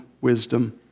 wisdom